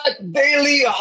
Daily